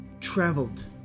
traveled